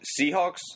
seahawks